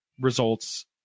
results